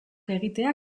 egitea